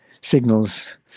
signals